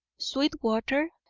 sweetwater,